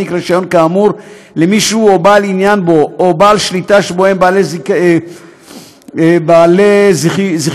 רישיון כאמור למי שהוא או בעל עניין בו או בעל שליטה שבו הם בעלי זיכיונות